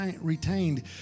retained